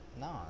No